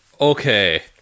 Okay